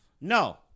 No